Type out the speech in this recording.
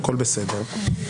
הכול בסדר.